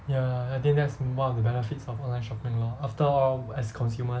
ya I think that's one of the benefits of online shopping lor after all as consumers